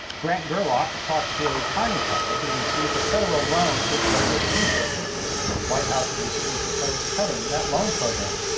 grant gerlock talks to a kearney couple who received a federal loan to grow their t-shirt business. the white house recently proposed cutting that loan program.